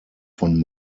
von